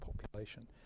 population